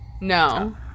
no